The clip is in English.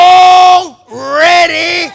already